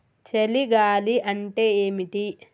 చలి గాలి అంటే ఏమిటి?